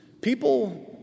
people